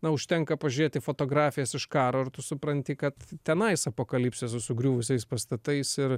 na užtenka pažiūrėt į fotografijas iš karo ir tu supranti kad tenais apokalipsė su sugriuvusiais pastatais ir